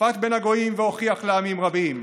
ושפט בין הגוים והוכיח לעמים רבים",